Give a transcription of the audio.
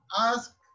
ask